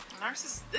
narcissist